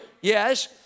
yes